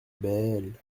belle